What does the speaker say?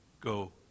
go